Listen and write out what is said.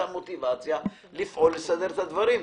מוטיבציה לפעול ולהסדיר את הדברים.